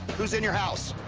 who's in your house?